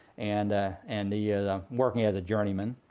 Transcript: and and he working as a journeyman.